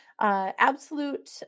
Absolute